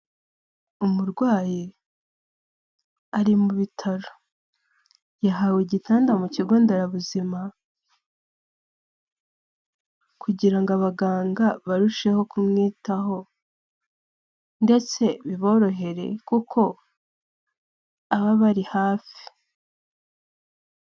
Umurwayi ari mu bitaro. Yahawe igitanda mu kigo nderabuzima, kugirango abaganga barusheho kumwitaho ndetse biborohereye kuko aba abari hafi.